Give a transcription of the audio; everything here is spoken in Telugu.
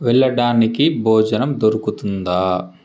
వెళ్ళడానికి భోజనం దొరుకుతుందా